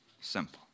Simple